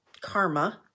karma